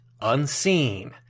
Unseen